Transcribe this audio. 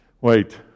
Wait